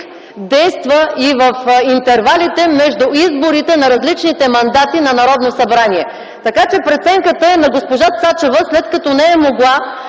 действа и в интервалите между изборите на различните мандати на Народно събрание, така че преценката е на госпожа Цачева, след като не е могла